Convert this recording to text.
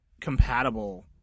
compatible